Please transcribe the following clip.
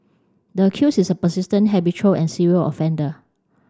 the accused is a persistent habitual and serial offender